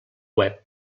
web